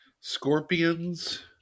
scorpions